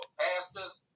pastors